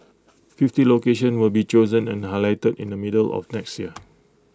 fifty locations will be chosen and highlighted in the middle of next year